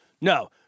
No